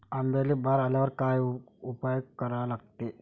आंब्याले बार आल्यावर काय उपाव करा लागते?